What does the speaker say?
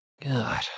God